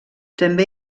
també